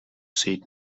say